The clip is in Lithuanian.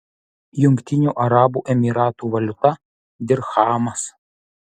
jungtinių arabų emyratų valiuta dirchamas